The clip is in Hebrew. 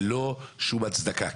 ללא שום הצדקה.